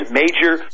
major